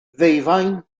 ddeufaen